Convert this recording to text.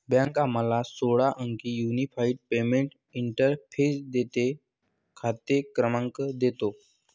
bank आम्हाला सोळा अंकी युनिफाइड पेमेंट्स इंटरफेस देते, खाते क्रमांक देतो